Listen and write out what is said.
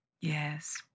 Yes